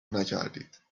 نکردید